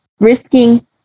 risking